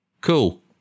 Cool